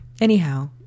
anyhow